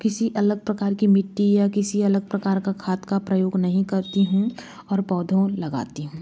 किसी अलग प्रकार की मिट्टी या किसी अलग प्रकार का खाद का प्रयोग नहीं करती हूँ और पौधों लगाती हूँ